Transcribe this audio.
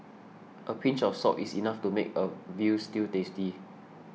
a pinch of salt is enough to make a Veal Stew tasty